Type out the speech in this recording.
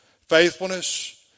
faithfulness